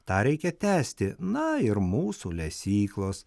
tą reikia tęsti na ir mūsų lesyklos